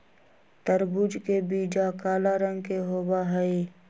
तरबूज के बीचा काला रंग के होबा हई